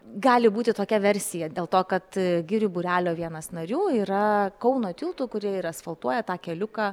gali būti tokia versija dėl to kad girių būrelio vienas narių yra kauno tiltų kurie ir asfaltuoja tą keliuką